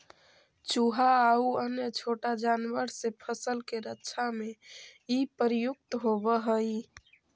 चुहा आउ अन्य छोटा जानवर से फसल के रक्षा में इ प्रयुक्त होवऽ हई